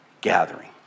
gathering